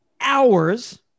hours